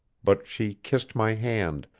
but she kissed my hand,